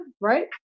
right